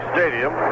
Stadium